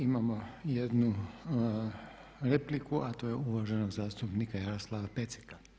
Imamo i jednu repliku a to je uvaženog zastupnika Jaroslava Pecnika.